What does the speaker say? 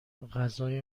غذای